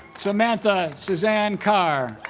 samantha susanne carr